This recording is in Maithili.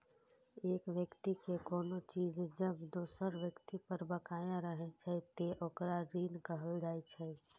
एक व्यक्ति के कोनो चीज जब दोसर व्यक्ति पर बकाया रहै छै, ते ओकरा ऋण कहल जाइ छै